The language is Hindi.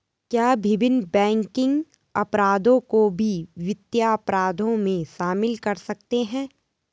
क्या विभिन्न बैंकिंग अपराधों को भी वित्तीय अपराधों में शामिल कर सकते हैं?